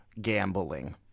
gambling